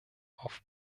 auf